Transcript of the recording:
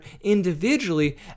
individually